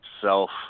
self